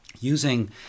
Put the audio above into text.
using